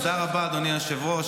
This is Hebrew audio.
תודה רבה, אדוני היושב-ראש.